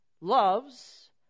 loves